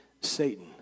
Satan